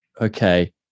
okay